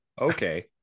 Okay